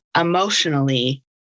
emotionally